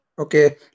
Okay